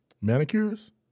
manicures